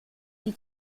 die